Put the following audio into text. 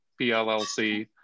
PLLC